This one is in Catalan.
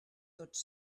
tots